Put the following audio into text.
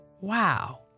Wow